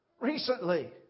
Recently